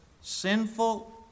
sinful